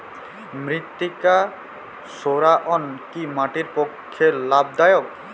মৃত্তিকা সৌরায়ন কি মাটির পক্ষে লাভদায়ক?